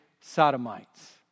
sodomites